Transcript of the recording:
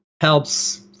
helps